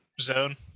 zone